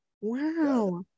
Wow